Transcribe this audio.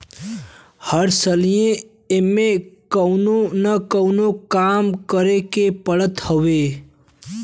हर सलिए एमे कवनो न कवनो काम करे के पड़त हवे